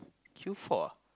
queue for ah